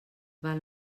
val